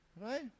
Right